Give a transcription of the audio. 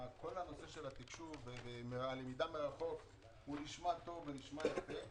הנושא של התקשור והלמידה מרחוק נשמע טוב ויפה,